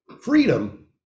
Freedom